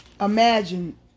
imagine